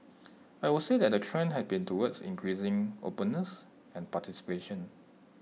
I would say that the trend has been towards increasing openness and participation